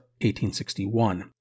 1861